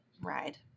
ride